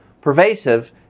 pervasive